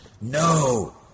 No